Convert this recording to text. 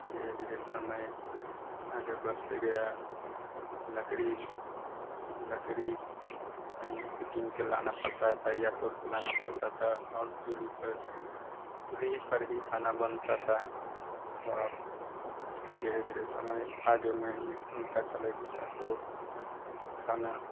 धीरे धीरे समय आगे बढ़ता गया लकड़ी लकड़ी कहीं से बीन कर लाना पड़ता था या तोड़ के लाना पड़ता था और जो लेकर चुहले पर ही खाना बनता था और धीरे धीरे समय आगे मैं निक निकलता चले गया तो खाना